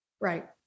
Right